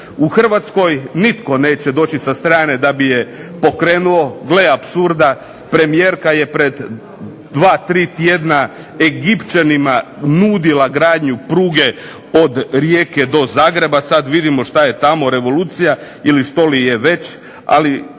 U Hrvatskoj nitko neće doći sa strane da bi je pokrenuo. Gle apsurda, premijerka je pred dva, tri tjedna Egipćanima nudila gradnju pruge od Rijeke do Zagreba, sad vidimo šta je tamo, revolucija ili što li je već. Ali